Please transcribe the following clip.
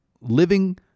living